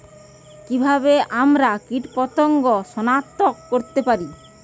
কিভাবে আমরা কীটপতঙ্গ সনাক্ত করতে পারি?